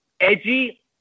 edgy